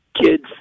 kids